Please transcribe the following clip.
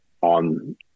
on